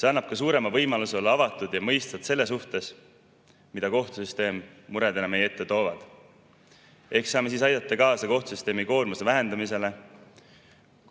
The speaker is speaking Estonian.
See annab suurema võimaluse olla avatud ja mõistvad selles suhtes, mida kohtusüsteem muredena meie ette toob. Ehk saame aidata kaasa kohtusüsteemi koormuse vähendamisele,